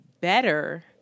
better